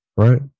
right